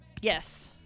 yes